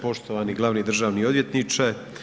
Poštovani glavni državni odvjetniče.